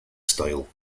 style